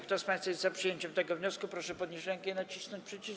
Kto z państwa jest za przyjęciem tego wniosku, proszę podnieść rękę i nacisnąć przycisk.